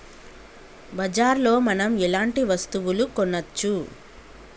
బజార్ లో మనం ఎలాంటి వస్తువులు కొనచ్చు?